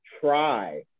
try